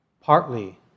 partly